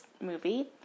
movie